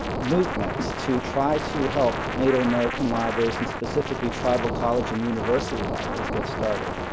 movement to try to help native american libraries, and specifically tribal college and university libraries get started?